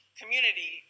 community